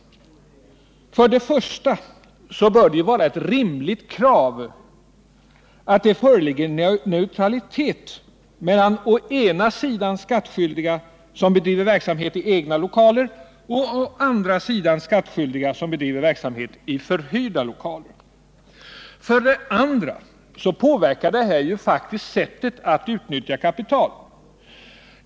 För det första bör det vara ett rimligt krav att det föreligger neutralitet mellan å ena sidan skattskyldiga som bedriver verksamhet i egna lokaler och å andra sidan skattskyldiga som bedriver verksamhet i förhyrda lokaler. För det andra påverkar det här faktiskt sättet att utnyttja kapital.